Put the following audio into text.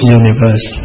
universe